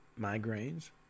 migraines